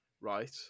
right